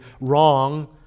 wrong